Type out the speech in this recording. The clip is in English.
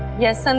yes, and